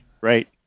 Right